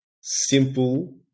simple